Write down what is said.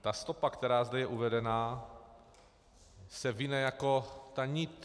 Ta stopa, která zde je uvedena, se vine jako ta nit.